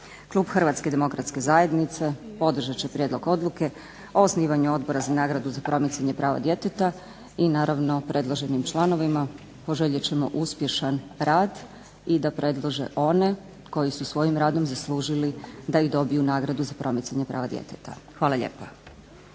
Klub HDZ-a podržat će prijedlog Odluke o osnivanju Odbora za nagradu za promicanje prava djeteta i naravno predloženim članovima poželjet ćemo uspješan rad i da predložene one koji su svojim radom zaslužili da i dobiju nagradu za promicanje prava djeteta. Hvala lijepa.